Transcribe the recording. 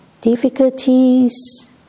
difficulties